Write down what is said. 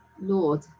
Lord